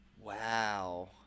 Wow